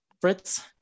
Fritz